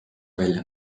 välja